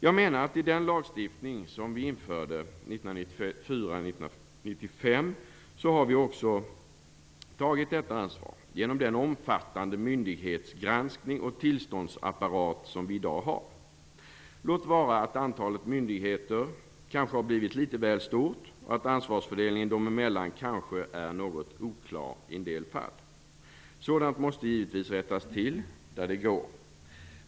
Jag menar att vi i den lagstiftning som vi införde 1994/95 också har tagit detta ansvar genom den omfattande myndighetsgranskning och tillståndsapparat som vi i dag har. Låt vara att antalet myndigheter kanske har blivit litet väl stort och att ansvarsfördelningen dem emellan kanske är något oklar i en del fall. Sådant måste givetvis rättas till där det går.